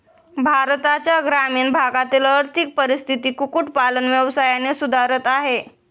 भारताच्या ग्रामीण भागातील आर्थिक परिस्थिती कुक्कुट पालन व्यवसायाने सुधारत आहे